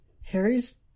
Harry's